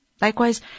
Likewise